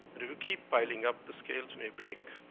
but if you keep piling up, the scales may break.